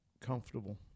comfortable